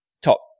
top